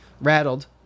rattled